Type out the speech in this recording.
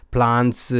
Plants